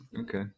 Okay